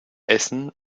essen